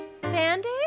band-aids